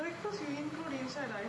breakfast you include inside ah